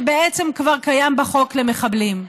שבעצם כבר קיים בחוק למחבלים.